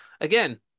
again